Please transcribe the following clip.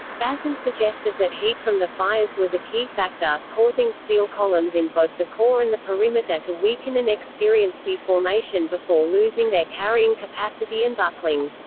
bazant suggested that heat from the fires was a key factor, causing steel columns in both the core and the perimeter to weaken and experience deformation before losing their carrying capacity and buckling.